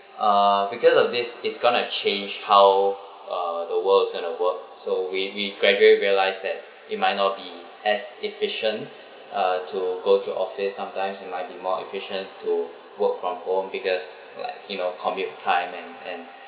uh because of this it's going to change how uh the world is going to work so we we gradually realise that it might not be as efficient uh to go to the office sometimes it might be more efficient to work from home because like you know commute time and and